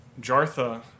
Jartha